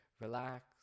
relax